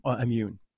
immune